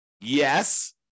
Yes